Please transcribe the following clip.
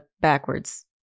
backwards